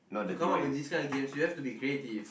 to come up with these kind of games we have to be creative